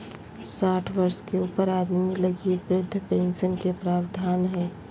साठ वर्ष के ऊपर आदमी लगी वृद्ध पेंशन के प्रवधान हइ